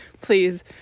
please